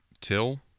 Till